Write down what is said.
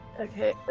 Okay